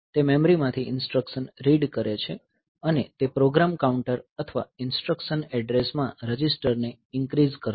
તે મેમરીમાંથી instruction read કરે છે અને તે પ્રોગ્રામ કાઉન્ટર અથવા ઈન્સ્ટ્રકશન એડ્રેસમાં રજિસ્ટરને ઇન્ક્રીઝ કરશે